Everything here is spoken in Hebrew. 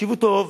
תקשיבו טוב: